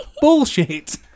Bullshit